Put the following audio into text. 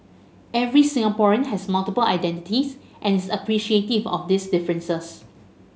every Singaporean has multiple identities and is appreciative of these differences